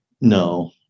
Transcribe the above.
No